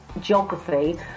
geography